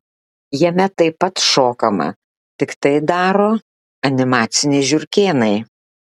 jame taip pat šokama tik tai daro animaciniai žiurkėnai